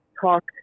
talk